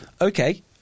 Okay